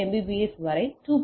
S வரை 2